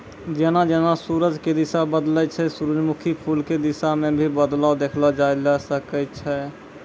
जेना जेना सूरज के दिशा बदलै छै सूरजमुखी फूल के दिशा मॅ भी बदलाव देखलो जाय ल सकै छै